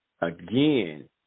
Again